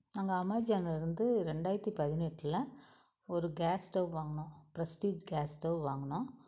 நாங்கள் அமேசான்ல இருந்து ரெண்டாயிரத்தி பதினெட்டில் ஒரு கேஸ் ஸ்டவ் வாங்கினோம் பிரஸ்டீஜ் கேஸ் ஸ்டவ் வாங்கினோம்